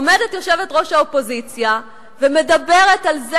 עומדת יושבת-ראש האופוזיציה ומדברת על זה